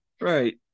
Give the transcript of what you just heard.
Right